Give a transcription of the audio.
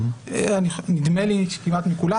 נדמה לי כמעט מכולן.